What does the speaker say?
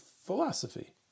philosophy